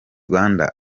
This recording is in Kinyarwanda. rwanda